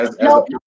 No